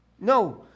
No